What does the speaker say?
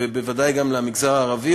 ובוודאי גם למגזר הערבי,